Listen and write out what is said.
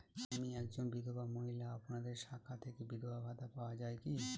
আমি একজন বিধবা মহিলা আপনাদের শাখা থেকে বিধবা ভাতা পাওয়া যায় কি?